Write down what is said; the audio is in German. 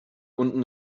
unten